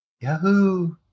Yahoo